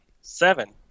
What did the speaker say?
seven